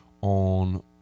on